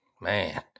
man